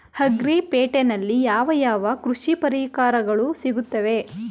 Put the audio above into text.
Agri ಪೇಟೆನಲ್ಲಿ ಯಾವ ಯಾವ ಕೃಷಿ ಪರಿಕರಗಳು ಸಿಗುತ್ತವೆ?